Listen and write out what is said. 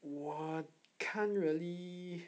我 can't really